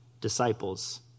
disciples